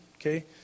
Okay